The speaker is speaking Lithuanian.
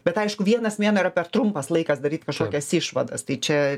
bet aišku vienas mėnuo yra per trumpas laikas daryt kažkokias išvadas tai čia